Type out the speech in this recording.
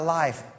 life